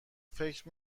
فکر